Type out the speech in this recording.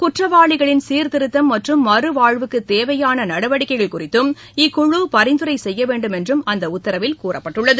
குற்றவாளிகளின் சீர்த்திருத்தம் மற்றும் மறுவாழ்வுக்கு தேவையான நடவடிக்கைகள் குறித்தும் இக்குழு பரிந்துரை செய்ய வேண்டும் என்றும் அந்த உத்தரவில் கூறப்பட்டுள்ளது